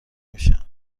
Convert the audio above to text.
میشم